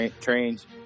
Trains